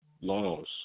laws